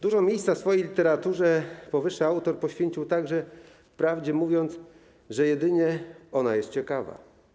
Dużo miejsca w swojej literaturze powyższy autor poświęcił także prawdzie, mówiąc, że jedynie ona jest ciekawa.